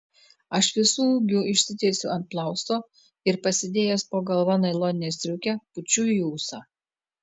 aš visu ūgiu išsitiesiu ant plausto ir pasidėjęs po galva nailoninę striukę pučiu į ūsą